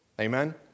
Amen